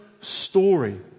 story